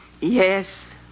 Yes